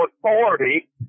authority